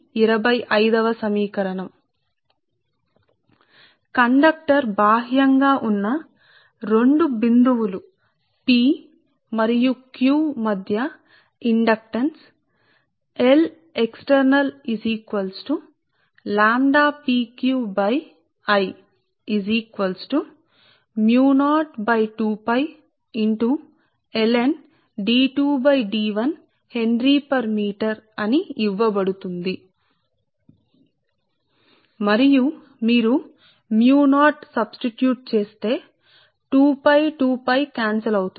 కాబట్టి కండక్టర్ కు p మరియు q బాహ్యం గా ఉన్న 2 పాయింట్ల మధ్య ఇండక్టెన్స్ అప్పుడు హెన్రీ మీటరు కు ఇవ్వబడుతుంది మరియు మీరును మీటర్కు హెన్రీని ప్రతిక్షేపిస్తే 2 pi 2 𝞹i రద్దు చేయబడుతుంది